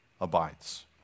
abides